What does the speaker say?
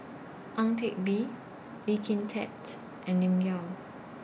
Ang Teck Bee Lee Kin Tat and Lim Yau